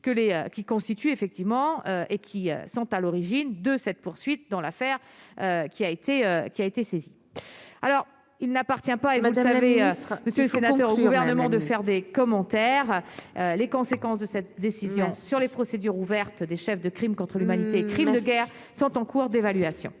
qui constituent effectivement et qui sont à l'origine de cette poursuite dans l'affaire qui a été, qui a été saisie, alors il n'appartient pas et Emmanuel Ferry astre, monsieur le sénateur au gouvernement de faire des commentaires, les conséquences de cette décision sur les procédures ouvertes des chefs de crimes contre l'humanité, crimes de guerre sont en cours d'évaluation.